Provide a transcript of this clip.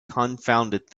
confounded